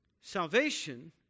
Salvation